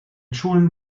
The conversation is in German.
schulen